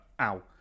Ow